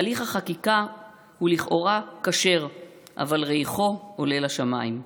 הליך החקיקה הוא לכאורה כשר אבל ריחו עולה לשמיים.